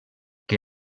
que